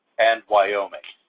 and wyoming.